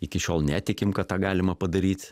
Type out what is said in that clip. iki šiol netikim kad tą galima padaryt